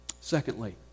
Secondly